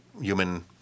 human